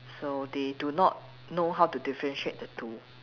so they do not know how to differentiate the two